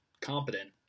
competent